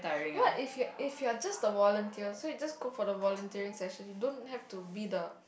what if if you are just the volunteer so you just go for the volunteering section you don't have to be the